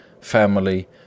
family